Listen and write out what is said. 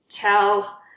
tell